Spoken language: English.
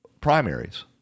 primaries